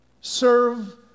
Serve